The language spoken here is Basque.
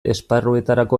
esparruetarako